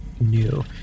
new